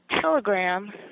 telegram